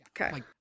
Okay